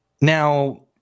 Now